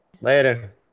Later